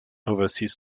overseas